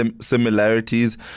similarities